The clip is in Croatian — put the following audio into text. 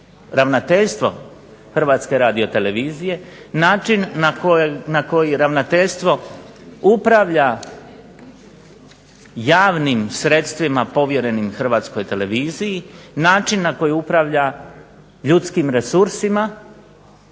Ravnateljstvo Hrvatske radiotelevizije, način na koji Ravnateljstvo upravlja javnim sredstvima povjerenim Hrvatskoj televiziji, način na koji upravlja ljudskim resursima